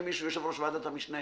כמי שהוא יושב ראש ועדת המשנה